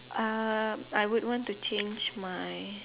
um I would want to change my